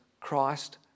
Christ